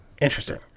Interesting